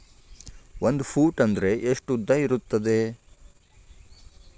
ಒಂದು ಫೂಟ್ ಅಂದ್ರೆ ಎಷ್ಟು ಉದ್ದ ಇರುತ್ತದ?